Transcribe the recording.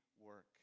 work